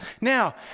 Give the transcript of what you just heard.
Now